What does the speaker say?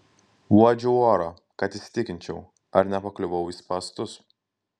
uodžiau orą kad įsitikinčiau ar nepakliuvau į spąstus